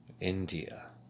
India